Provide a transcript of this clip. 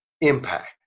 impact